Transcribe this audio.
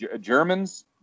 Germans